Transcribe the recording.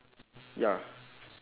ya